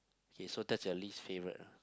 okay so that's your least favourite lah